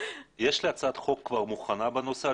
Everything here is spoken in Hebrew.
יש לי הצעת חוק כבר מוכנה בנושא,